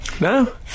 No